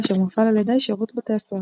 אשר מופעל על ידי שירות בתי הסוהר.